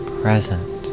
present